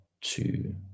two